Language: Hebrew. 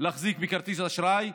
להחזיק בכרטיס אשראי,